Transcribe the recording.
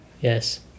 yes